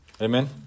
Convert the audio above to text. Amen